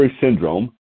syndrome